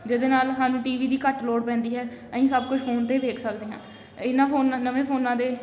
ਜਿਹਦੇ ਨਾਲ ਸਾਨੂੰ ਟੀ ਵੀ ਦੀ ਘੱਟ ਲੋੜ ਪੈਂਦੀ ਹੈ ਅਸੀਂ ਸਭ ਕੁਛ ਫੋਨ 'ਤੇ ਹੀ ਦੇਖ ਸਕਦੇ ਹਾਂ ਇਹਨਾਂ ਫੋਨਾਂ ਨਵੇਂ ਫੋਨਾਂ ਦੇ